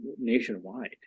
nationwide